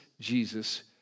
Jesus